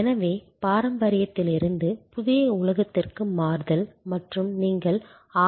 எனவே பாரம்பரியத்திலிருந்து புதிய உலகத்திற்கு மாறுதல் மற்றும் நீங்கள்